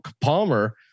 Palmer